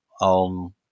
on